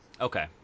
Okay